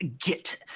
get